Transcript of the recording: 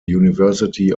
university